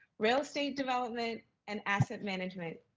real estate development and asset management.